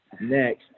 next